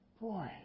boy